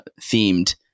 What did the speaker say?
themed